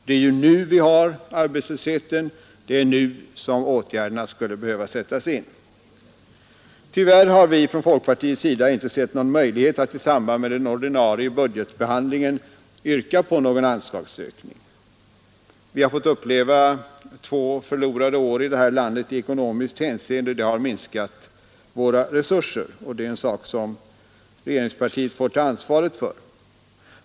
Det är nu vi har arbetslösheten, det är nu som åtgärderna skulle behöva sättas in. Tyvärr har vi från folkpartiets sida inte sett någon möjlighet att i samband med den ordinarie budgetbehandlingen yrka på någon anslagsökning. Vi har i det här landet fått uppleva två förlorade år i ekonomiskt hänseende, och det har minskat våra resurser. Det är en sak som regeringspartiet får ta ansvaret för.